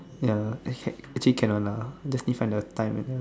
ya I check actually can one lah just need find the time and